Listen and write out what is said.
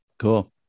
Cool